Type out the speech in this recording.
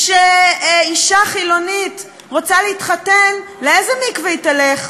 כשאישה חילונית רוצה להתחתן, לאיזה מקווה היא תלך?